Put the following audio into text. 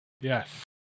Yes